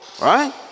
Right